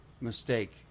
mistake